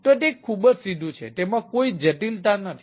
તો તે ખુબ જ સીધું છે તેમાં કોઈ જટિલતા નથી